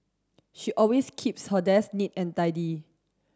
she always keeps her desk neat and tidy